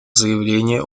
заявление